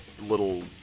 little